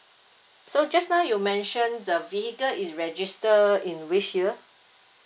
so just now you mentioned the vehicle is registered in which you